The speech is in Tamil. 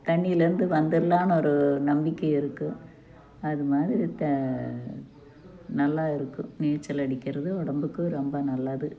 தண்ணியில் இருந்து வந்துடலான்னு ஒரு நம்பிக்கை இருக்கும் அது மாதிரி த நல்லா இருக்கும் நீச்சல் அடிக்கிறது உடம்புக்கு ரொம்ப நல்லது